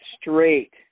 straight